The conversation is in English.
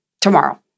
tomorrow